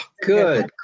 good